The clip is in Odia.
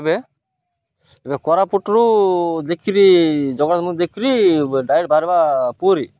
ଏବେ ଏବେ କୋରାପୁଟରୁ ଦେଖିକିରି ଜଗନ୍ନାଥ ମନ୍ଦିର ଦେଖିକିରି ଡାଇରେକ୍ଟ ବାହାରିବା ପୁରୀ